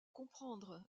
comprendre